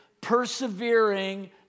persevering